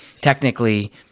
technically –